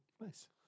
Nice